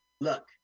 Look